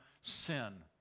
sin